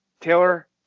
Taylor